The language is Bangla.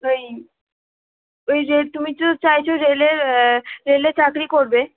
এই এই যে তুমি তো চাইছো রেলের রেলে চাকরি করবে